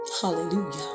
Hallelujah